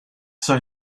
say